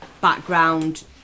background